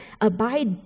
Abide